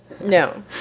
no